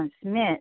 transmit